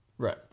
Right